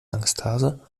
angsthase